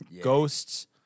Ghosts